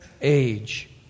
age